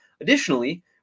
Additionally